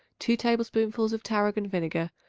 two tablespoonfuls of tarragon vinegar,